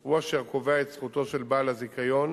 הוא אשר קובע את זכותו של בעל הזיכיון